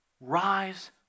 Rise